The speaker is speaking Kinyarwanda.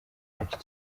menshi